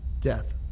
death